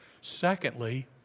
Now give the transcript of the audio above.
Secondly